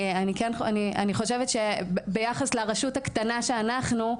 אני חושבת שביחס לרשות הקטנה שאנחנו,